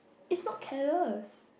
it's not careless